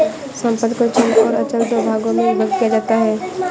संपत्ति को चल और अचल दो भागों में विभक्त किया जाता है